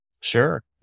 Sure